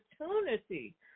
opportunity